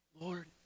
Lord